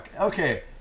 Okay